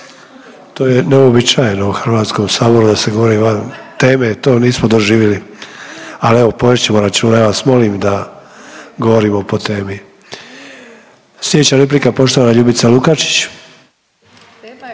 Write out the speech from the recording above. To je neuobičajeno u HS da se govori van teme, to nismo doživili, al evo povest ćemo računa. Ja vas molim da govorimo po temi. Slijedeća replika poštovana Ljubica Lukačić.